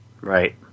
Right